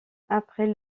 après